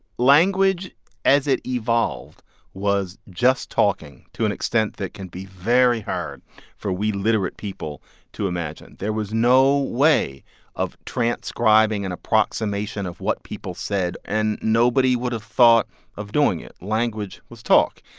language as it evolved was just talking to an extent that can be very hard for we literate people to imagine. there was no way of transcribing an approximation of what people said and nobody would have thought of doing it. language was talk.